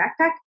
backpack